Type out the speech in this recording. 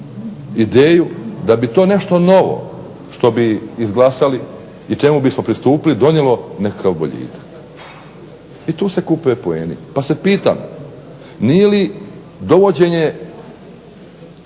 ideju da bi to nešto novo što bi izglasali i čemu bismo pristupili donijelo nekakav boljitak. I tu se kupe poeni, pa se pitam nije li dovođenje